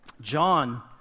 John